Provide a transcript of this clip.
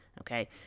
okay